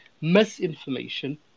misinformation